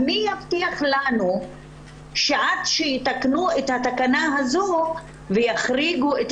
מי יבטיח לנו שעד שיתקנו את התקנה הזאת ויחריגו את